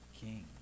king